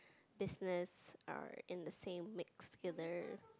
business are in the same mix filler